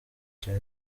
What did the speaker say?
cya